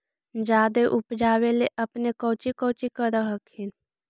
जादे उपजाबे ले अपने कौची कौची कर हखिन?